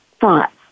thoughts